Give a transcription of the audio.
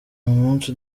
umunsi